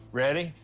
ready?